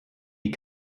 die